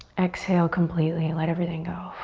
exhale completely, let everything go.